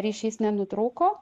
ryšys nenutrūko